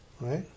Right